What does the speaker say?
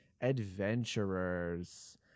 adventurers